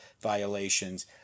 violations